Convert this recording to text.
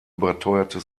überteuerte